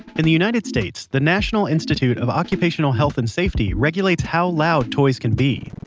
in the united states, the national institute of occupational health and safety regulates how loud toys can be.